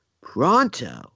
pronto